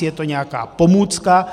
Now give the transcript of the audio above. Je to nějaká pomůcka.